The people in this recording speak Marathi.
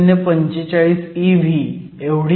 045 eV एवढी आहे